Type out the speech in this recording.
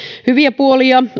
hyviä puolia